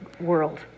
world